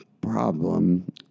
problem